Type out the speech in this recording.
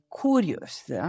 curious